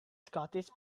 scottish